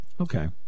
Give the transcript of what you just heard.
Okay